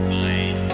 mind